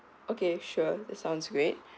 okay sure that sounds great